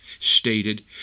Stated